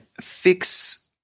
fix